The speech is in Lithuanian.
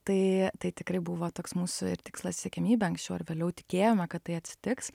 tai tai tikrai buvo toks mūsų ir tikslas siekiamybė anksčiau ar vėliau tikėjome kad tai atsitiks